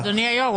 אדוני היושב-ראש,